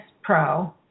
pro